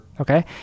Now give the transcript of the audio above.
Okay